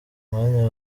mwanya